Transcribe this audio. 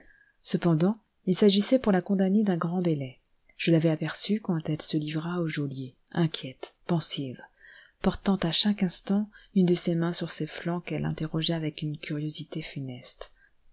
cependant il s'agissait pour la condamnée d'un grand délai je l'avais aperçue quand elle se livra au geôlier inquiète pensive portant à chaque instant une de ses mains sur ses flancs qu'elle interrogeait avec une curiosité funeste